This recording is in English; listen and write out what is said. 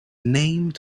named